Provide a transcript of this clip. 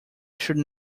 should